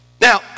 now